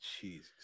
Jesus